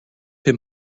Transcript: him